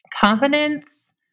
confidence